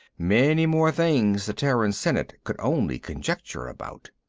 many more things the terran senate could only conjecture about.